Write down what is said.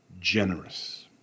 generous